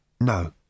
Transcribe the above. no